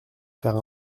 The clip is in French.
faire